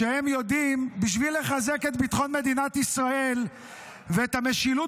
שבשביל לחזק את ביטחון מדינת ישראל ואת המשילות